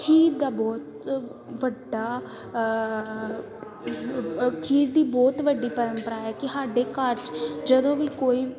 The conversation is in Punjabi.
ਖੀਰ ਦਾ ਬਹੁਤ ਵੱਡਾ ਖੀਰ ਦੀ ਬਹੁਤ ਵੱਡੀ ਪਰੰਪਰਾ ਹੈ ਕਿ ਸਾਡੇ ਘਰ 'ਚ ਜਦੋਂ ਵੀ ਕੋਈ